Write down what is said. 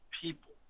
people